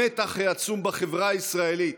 המתח העצום בחברה הישראלית